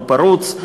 הוא פרוץ,